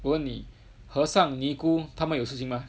我问你和尚尼姑他们有事情吗